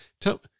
tell